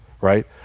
Right